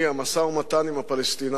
המשא-ומתן עם הפלסטינים,